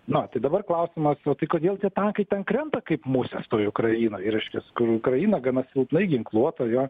na tai dabar klausimas o tai kodėl tie tankai ten krenta kaip musės toje ukrainoj ir reiškias kur ukraina gana silpnai ginkluota jo